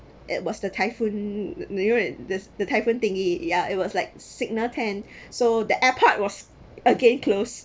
it was the typhoon near it there's the typhoon thingy ya it was like signal ten so that airport was again closed